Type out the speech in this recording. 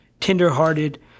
tenderhearted